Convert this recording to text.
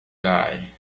die